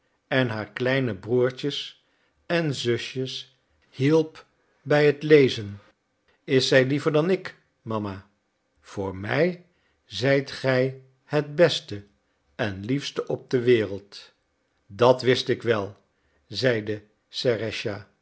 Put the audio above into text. en haar kleine broertjes en zusjes hielp bij het leeren is zij liever dan ik mama voor mij zijt gij het beste en liefste op de wereld dat wist ik wel zeide